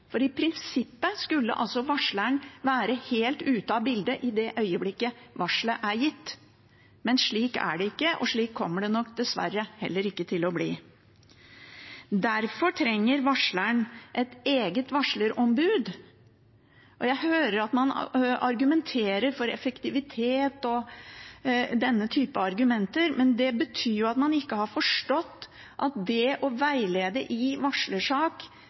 I prinsippet skulle varsleren vært helt ute av bildet i det øyeblikket varselet er gitt. Men slik er det ikke, og slik kommer det nok dessverre heller ikke til å bli. Derfor trenger varsleren et eget varslerombud. Jeg hører at man argumenterer for effektivitet og denne typen argumenter, men det betyr jo at man ikke har forstått at det å veilede i en varslersak